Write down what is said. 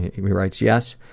he writes, yes.